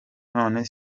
none